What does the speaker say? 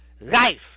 Life